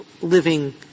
living